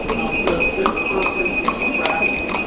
does this person express